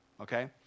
Okay